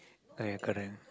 okay correct